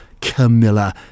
Camilla